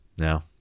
No